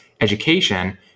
education